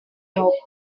your